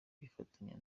kwifatanya